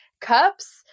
cups